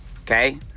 okay